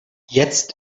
jetzt